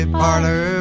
parlor